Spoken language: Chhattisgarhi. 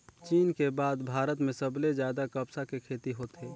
चीन के बाद भारत में सबले जादा कपसा के खेती होथे